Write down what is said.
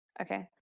Okay